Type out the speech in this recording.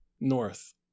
North